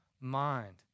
Mind